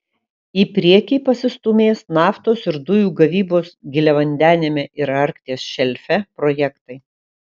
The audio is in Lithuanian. į priekį pasistūmės naftos ir dujų gavybos giliavandeniame ir arkties šelfe projektai